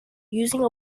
using